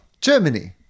Germany